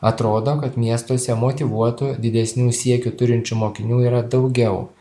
atrodo kad miestuose motyvuotų didesnių siekių turinčių mokinių yra daugiau